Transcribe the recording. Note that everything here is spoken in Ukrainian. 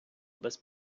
без